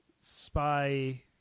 spy